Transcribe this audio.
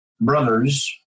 brothers